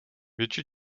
větší